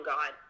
God